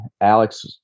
Alex